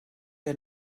der